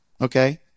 Okay